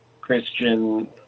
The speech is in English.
Christian